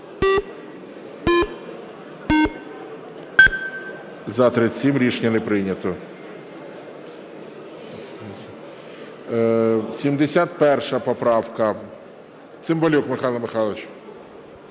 За-37 Рішення не прийнято. 71 поправка. Цимбалюк Михайло Михайлович.